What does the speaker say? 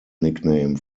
nickname